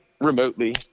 remotely